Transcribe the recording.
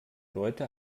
leute